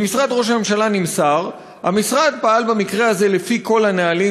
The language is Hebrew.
ממשרד ראש הממשלה נמסר: המשרד פעל במקרה הזה לפי כל הנהלים,